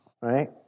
right